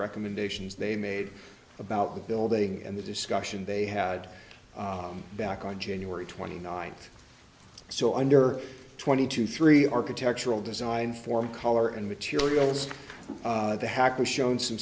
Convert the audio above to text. recommendations they made about the building and the discussion they had back on january twenty ninth so under twenty two three architectural design form color and materials the hack was shown some